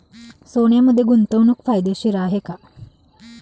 सोन्यामध्ये गुंतवणूक फायदेशीर आहे का?